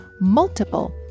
multiple